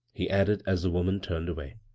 he added, as the woman turned away.